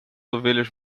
ovelhas